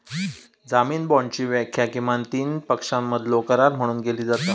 जामीन बाँडची व्याख्या किमान तीन पक्षांमधलो करार म्हणून केली जाता